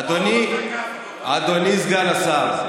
אדוני סגן השר,